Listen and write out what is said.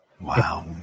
Wow